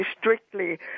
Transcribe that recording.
strictly